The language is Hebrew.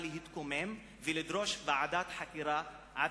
להתקומם ולדרוש ועדת חקירה עצמאית.